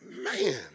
man